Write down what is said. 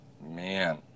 Man